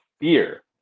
fear